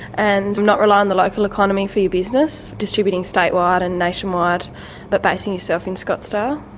and not rely on the local economy for your business, distributing state-wide and nation-wide but basing yourself in scottsdale.